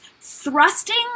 thrusting